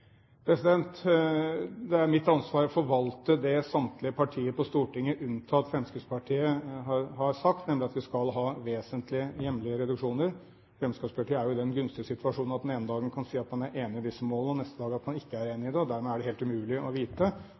Det er mitt ansvar å forvalte det samtlige partier på Stortinget, unntatt Fremskrittspartiet, har sagt, nemlig at vi skal ha vesentlige hjemlige reduksjoner. Fremskrittspartiet er jo i den gunstige situasjon at man den ene dagen kan si at man er enig i disse målene, og neste dag at man ikke er enig i dem. Dermed er det helt umulig å vite,